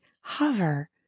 hover